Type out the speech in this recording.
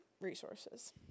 resources